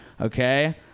okay